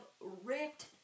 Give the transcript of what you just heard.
ripped